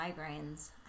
migraines